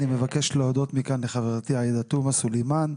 אני מבקש להודות מכאן לחברתי עאידה תומא סלימאן,